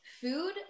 food